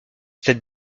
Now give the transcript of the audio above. cette